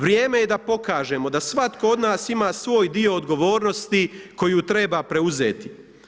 Vrijeme je da pokažemo da svatko od nas ima svoj dio odgovornosti koju treba preuzeti.